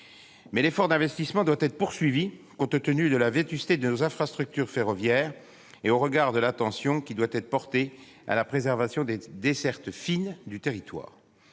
L'effort d'investissement doit toutefois être poursuivi, compte tenu de la vétusté de nos infrastructures ferroviaires, et au regard de l'attention qui doit être portée à la préservation des dessertes fines du territoire.